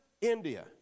India